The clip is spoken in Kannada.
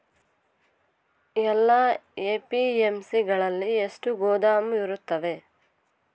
ಎಲ್ಲಾ ಎ.ಪಿ.ಎಮ್.ಸಿ ಗಳಲ್ಲಿ ಎಷ್ಟು ಗೋದಾಮು ಇರುತ್ತವೆ?